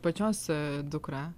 pačios dukra